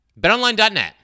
BetOnline.net